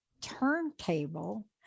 turntable